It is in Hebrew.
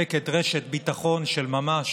מספק רשת ביטחון ממש